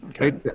okay